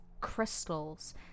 crystals